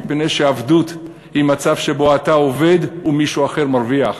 מפני שעבדות היא מצב שבו אתה עובד ומישהו אחר מרוויח.